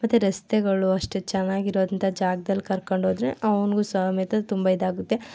ಮತ್ತೆ ರಸ್ತೆಗಳು ಅಷ್ಟೇ ಚೆನ್ನಾಗಿರುವಂಥ ಜಾಗ್ದಲ್ಲಿ ಕರ್ಕೊಂಡು ಹೋದರೆ ಅವನಿಗೂ ಸಮೇತ ತುಂಬ ಇದಾಗುತ್ತೆ